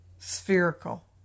spherical